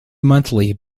monthly